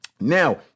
Now